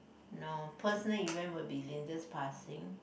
no personal event will be Linda's passing